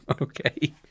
Okay